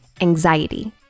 anxiety